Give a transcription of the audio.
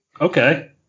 Okay